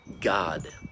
God